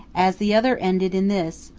as the other ended in this,